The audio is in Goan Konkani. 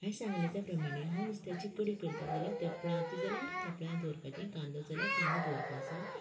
हांयें सांगलें त्या प्रमाणे हांव नुस्त्याची कडी करता जाल्यार तेफळाची जाल्यार तेफळां दवरपाचीं कांदो जाल्यार कांदो दवोरपाचो